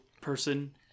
person